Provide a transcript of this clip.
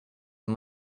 and